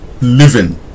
living